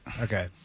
Okay